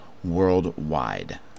worldwide